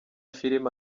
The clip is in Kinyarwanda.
filime